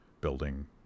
building